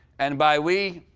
and by we,